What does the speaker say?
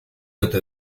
ote